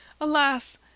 Alas